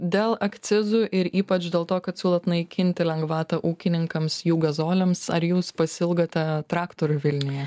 dėl akcizų ir ypač dėl to kad siūlot naikinti lengvatą ūkininkams jų gazoliams ar jūs pasiilgote traktorių vilniuje